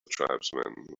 tribesman